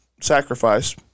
sacrifice